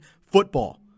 football